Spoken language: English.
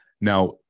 Now